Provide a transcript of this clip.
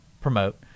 promote